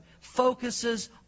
focuses